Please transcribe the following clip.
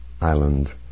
Island